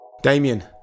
Damien